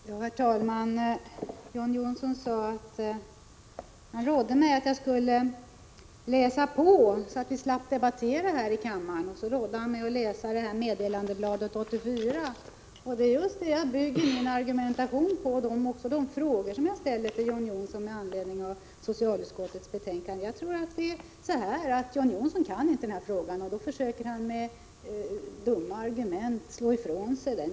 Herr talman! John Johnsson rådde mig att läsa på, så att vi slapp diskutera här i kammaren. Vidare rådde han mig att läsa socialstyrelsens meddelandeblad. Det är just detta jag bygger min argumentation på, liksom de frågor jag ställer till John Johnsson med anledning av socialutskottets betänkande. Jag tror att det är så att John Johnsson inte kan den här saken, och därför försöker han med dumma argument slå den ifrån sig.